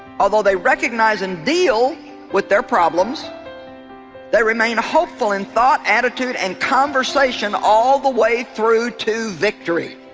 although they recognize and deal with their problems they remain hopeful in thought attitude and conversation all the way through to victory